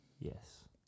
Yes